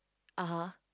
(uh huh)